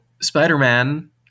Spider-Man